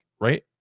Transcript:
right